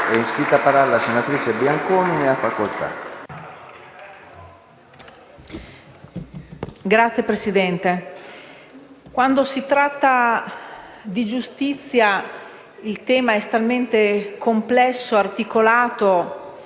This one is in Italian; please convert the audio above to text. Signor Presidente, quando si parla di giustizia, il tema è talmente complesso, articolato